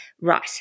right